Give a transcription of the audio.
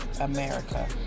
America